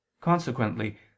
consequently